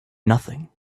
nothing